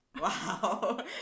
Wow